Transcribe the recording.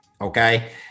Okay